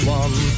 one